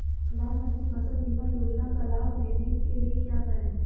प्रधानमंत्री फसल बीमा योजना का लाभ लेने के लिए क्या करें?